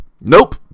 Nope